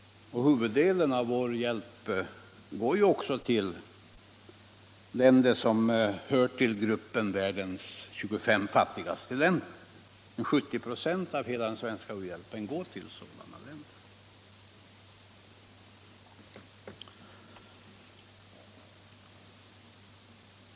Huvuddelen av vår hjälp går också till länder som hör till gruppen världens 25 fattigaste länder. 70 96 av hela den svenska u-hjälpen går till sådana länder.